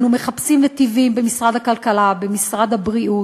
אנו מחפשים נתיבים במשרד הכלכלה, במשרד הבריאות,